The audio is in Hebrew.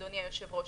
אדוני היושב-ראש.